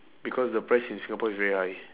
because the price in singapore is very high